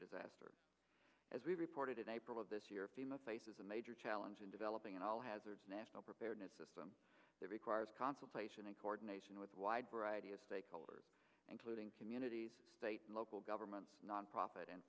disaster as we reported in april of this year pima faces a major challenge in developing an all hazards national preparedness system that requires consultation and coordination with wide variety of stakeholders including communities state and local government nonprofit and